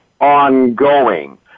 ongoing